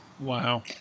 Wow